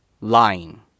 lying